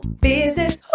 business